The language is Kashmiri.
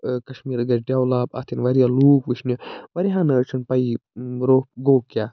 کَشمیٖر گژھِ ڈٮ۪ولَپ اَتھ یِن واریاہ لوٗکھ وُچھنہِ واریاہَن حظ چھِنہٕ پَیی روٚف گوٚو کیٛاہ